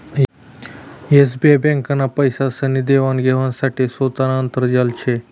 SBI ब्यांकनं पैसासनी देवान घेवाण साठे सोतानं आंतरजाल शे